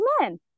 men